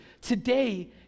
today